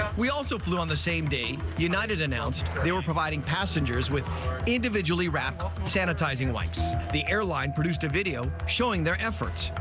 we also flew on the same day united announced they were providing passengers with individually wrapped sanitizing wipes. the airline produced a video showing their efforts.